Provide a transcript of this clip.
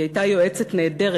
היא הייתה יועצת נהדרת.